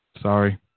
Sorry